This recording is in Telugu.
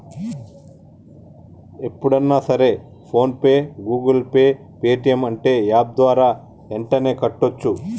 ఎప్పుడన్నా సరే PhonePe Google Pay Paytm అంటే యాప్ ద్వారా యెంటనే కట్టోచ్చు